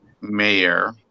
mayor